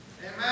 Amen